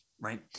right